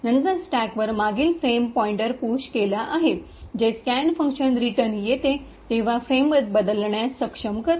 नंतर स्टॅकवर मागील फ्रेम पॉईंटर पुश केला आहे जे स्कॅन फंक्शन रिटर्न येते तेव्हा फ्रेम बदलण्यास सक्षम करते